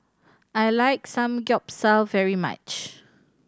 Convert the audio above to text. I like Samgeyopsal very much